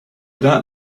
that